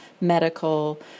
medical